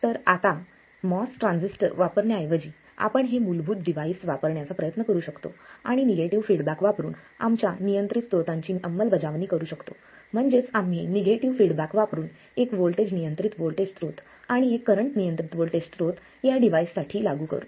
तर आता MOS transistor वापरण्याऐवजी आपण हे मूलभूत डिव्हाइस वापरण्याचा प्रयत्न करू शकतो आणि निगेटिव फीडबॅक वापरुन आमच्या नियंत्रित स्रोतांची अंमलबजावणी करू शकतो म्हणजेच आम्ही निगेटिव्ह फीडबॅक वापरून एक व्होल्टेज नियंत्रित व्होल्टेज स्रोत आणि एक करंट नियंत्रित व्होल्टेज स्त्रोत या डिव्हाइस साठी लागू करू